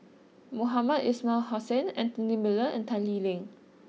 Mohamed Ismail Hussain Anthony Miller and Tan Lee Leng